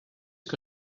que